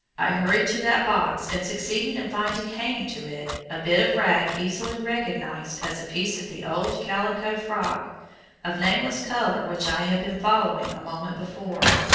i hurried to that box and succeeded in finding hanging to it a bit of rag easily recognized as a piece of the old calico frock of nameless color which i had been following a moment before.